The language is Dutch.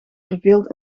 verveeld